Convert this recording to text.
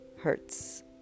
hurts